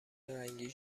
رنگی